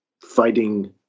fighting